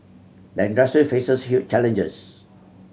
the industry faces huge challenges